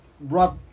rough